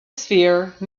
sphere